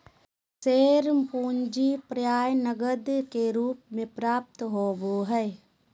share पूंजी प्राय नकद के रूप में प्राप्त होबो हइ